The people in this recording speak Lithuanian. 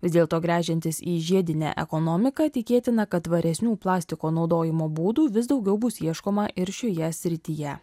vis dėlto gręžiantis į žiedinę ekonomiką tikėtina kad tvaresnių plastiko naudojimo būdų vis daugiau bus ieškoma ir šioje srityje